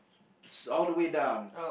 it's all the way down